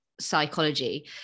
psychology